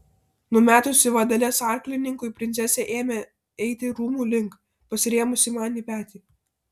numetusi vadeles arklininkui princesė ėmė eiti rūmų link pasirėmusi man į petį